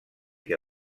que